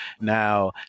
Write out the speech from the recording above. Now